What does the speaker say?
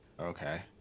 okay